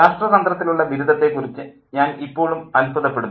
രാഷ്ട്രതന്ത്രത്തിലുള്ള ബിരുദത്തെക്കുറിച്ച് ഞാൻ ഇപ്പോളും അത്ഭുതപ്പെടുന്നു